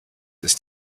ist